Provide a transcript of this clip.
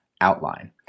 outline